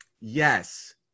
Yes